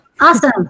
Awesome